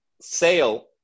sale